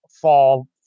fall